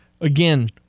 again